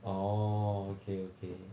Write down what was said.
oh okay okay